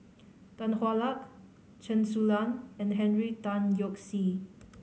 Tan Hwa Luck Chen Su Lan and Henry Tan Yoke See